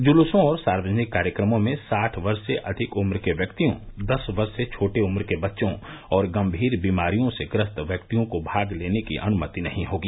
जुलुसों और सार्वजनिक कार्यक्रमों में साठ वर्ष से अधिक उम्र के व्यक्तियों दस वर्ष से छोटे उम्र के बच्चों और गम्मीर बीमारियों से ग्रस्त व्यक्तियों को भाग लेने की अनुमति नहीं होगी